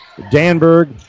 Danberg